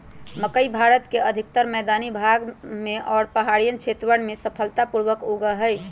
मकई भारत के अधिकतर मैदानी भाग में और पहाड़ियन क्षेत्रवन में सफलता पूर्वक उगा हई